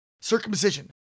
Circumcision